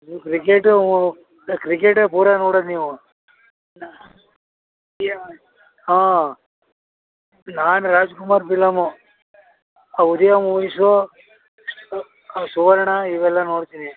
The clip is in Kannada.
ನೀವು ಕ್ರಿಕೆಟೂ ನೀ ಕ್ರಿಕೇಟೇ ಪೂರಾ ನೋಡದು ನೀವು ಹಾಂ ನಾನು ರಾಜ್ಕುಮಾರ್ ಫಿಲಂ ಉದಯ ಮೂವೀಸು ಸುವರ್ಣ ಇವೆಲ್ಲ ನೋಡ್ತೀನಿ